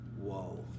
Whoa